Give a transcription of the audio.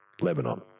Lebanon